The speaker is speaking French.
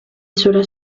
cela